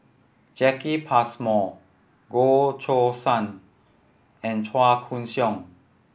Jacki Passmore Goh Choo San and Chua Koon Siong